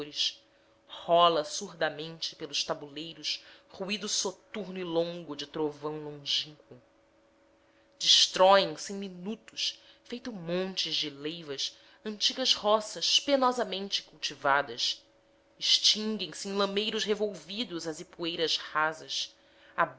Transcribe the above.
tombadores rola surdamente pelos tabuleiros ruído soturno e longo de trovão longínquo destroem se em minutos feito montes de leivas antigas roças penosamente cultivadas extinguem se em lameiros revolvidos as ipueiras rasas